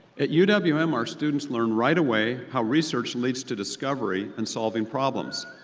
at u w m, our students learn right away how research leads to discovery and solving problems.